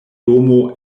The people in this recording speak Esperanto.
domo